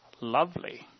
lovely